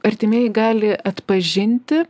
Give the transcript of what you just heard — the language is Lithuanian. artimieji gali atpažinti